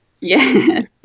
Yes